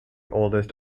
oldest